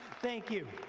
thank you.